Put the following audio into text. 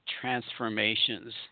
transformations